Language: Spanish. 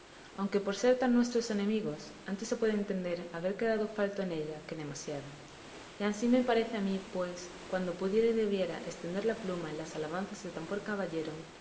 aunque por ser tan nuestros enemigos antes se puede entender haber quedado falto en ella que demasiado y ansí me parece a mí pues cuando pudiera y debiera estender la pluma en las alabanzas de tan buen caballero